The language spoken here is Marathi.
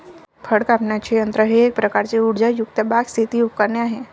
फळ कापण्याचे यंत्र हे एक प्रकारचे उर्जायुक्त बाग, शेती उपकरणे आहे